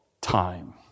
time